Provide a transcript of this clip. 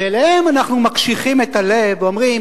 ואליהם אנחנו מקשיחים את הלב ואומרים: